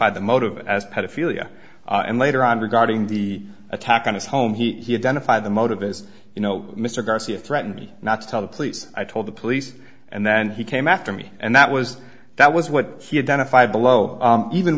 had the motive as pedophilia and later on regarding the attack on his home he had benefit of the motive as you know mr garcia threatened me not to tell the police i told the police and then he came after me and that was that was what he had done a five below even